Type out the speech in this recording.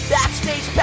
Backstage